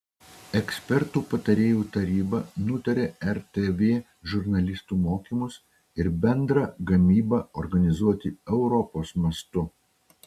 ekspertų patarėjų taryba nutarė rtv žurnalistų mokymus ir bendrą gamybą organizuoti europos mastu